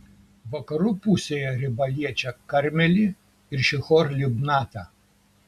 vakarų pusėje riba liečia karmelį ir šihor libnatą